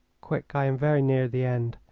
quick! i am very near the end.